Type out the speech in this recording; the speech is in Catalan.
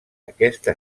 aquesta